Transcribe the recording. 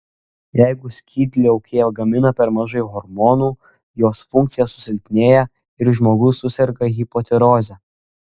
jeigu skydliaukė gamina per mažai hormonų jos funkcija susilpnėja ir žmogus suserga hipotiroze